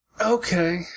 Okay